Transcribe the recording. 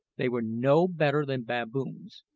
they were no better than baboons!